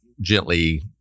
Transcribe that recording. gently